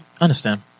Understand